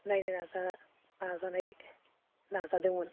नायनो नाजा नाजानाय नाजादोंमोन